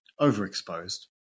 overexposed